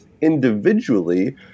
individually